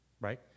right